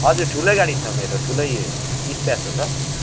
हजुर ठुलै गाडी छ मेरो ठुलै इस्पेसो छ